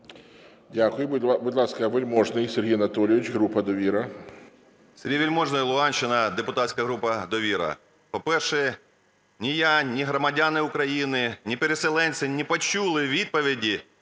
Дякую. Будь ласка, Вельможний Сергій Анатолійович, група "Довіра". 11:17:51 ВЕЛЬМОЖНИЙ С.А. Сергій Вельможний, Луганщина, депутатська група "Довіра". По-перше, ні я, ні громадяни України, ні переселенці не почули відповіді,